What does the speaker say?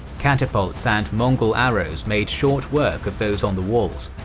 catapults and mongol arrows made short work of those on the walls,